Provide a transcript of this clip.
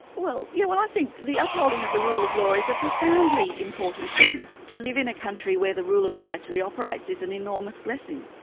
well yeah well i think the upholding of the rule of law is a profoundly important thing, to live in a country where the rule of law actually operates is an enormous blessing,